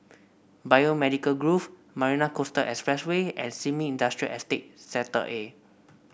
Biomedical Grove Marina Coastal Expressway and Sin Ming Industrial Estate Sector A